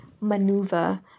maneuver